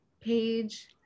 page